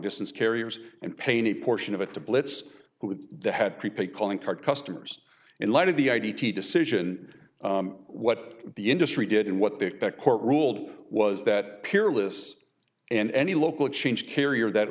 distance carriers and pain a portion of it to blitz who had prepaid calling card customers in light of the id t decision what the industry did and what the court ruled was that peerless and any local change carrier that